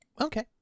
Okay